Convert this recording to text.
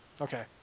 Okay